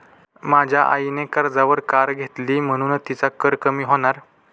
माझ्या आईने कर्जावर कार घेतली म्हणुन तिचा कर कमी होणार